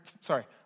sorry